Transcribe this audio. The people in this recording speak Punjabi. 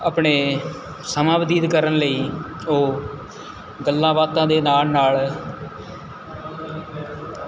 ਆਪਣੇ ਸਮਾਂ ਬਤੀਤ ਕਰਨ ਲਈ ਉਹ ਗੱਲਾਂ ਬਾਤਾਂ ਦੇ ਨਾਲ਼ ਨਾਲ਼